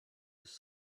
his